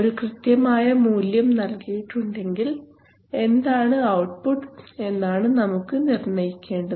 ഒരു കൃത്യമായ മൂല്യം നൽകിയിട്ടുണ്ടെങ്കിൽ എന്താണ് ഔട്ട്പുട്ട് എന്നാണ് നമുക്ക് നിർണയിക്കേണ്ടത്